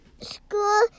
School